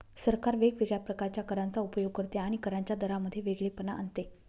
सरकार वेगवेगळ्या प्रकारच्या करांचा उपयोग करते आणि करांच्या दरांमध्ये वेगळेपणा आणते